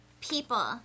People